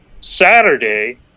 saturday